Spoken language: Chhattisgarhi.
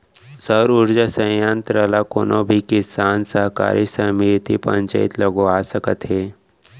सउर उरजा संयत्र ल कोनो भी किसान, सहकारी समिति, पंचईत लगवा सकत हे